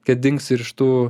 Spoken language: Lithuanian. kad dings ir iš tų